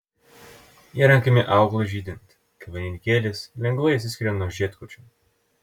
jie renkami augalui žydint kai vainikėlis lengvai atsiskiria nuo žiedkočio